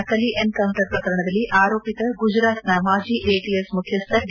ಸೊಹಾಬುದ್ದೀನ್ ನಕಲಿ ಎನ್ಕೌಂಟರ್ ಪ್ರಕರಣದಲ್ಲಿ ಆರೋಪಿತ ಗುಜರಾತ್ನ ಮಾಜಿ ಎಟಿಎಸ್ ಮುಖ್ಯಸ್ವ ಡಿ